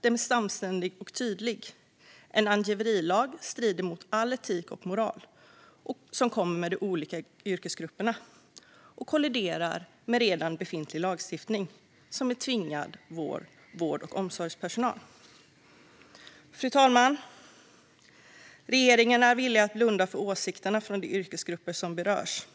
De är samstämmiga och tydliga: En angiverilag strider mot all etik och moral som kommer med de olika yrkesgrupperna och kolliderar med redan befintlig lagstiftning som är tvingande för vård och omsorgspersonal. Fru talman! Regeringen är villig att blunda för åsikterna från de yrkesgrupper som berörs